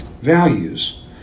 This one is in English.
values